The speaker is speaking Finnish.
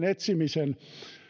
etsimisen